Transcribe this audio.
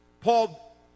Paul